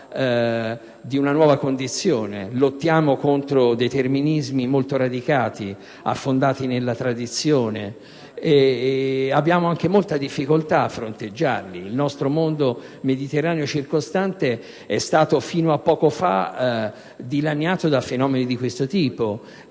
di una nuova condizione: lottiamo contro determinismi molto radicati, affondati nella tradizione, e incontriamo anche molte difficoltà a fronteggiarli. Il nostro mondo mediterraneo circostante è stato fino a poco tempo fa dilaniato da fenomeni di questo tipo.